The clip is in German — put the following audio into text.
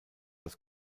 das